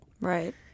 Right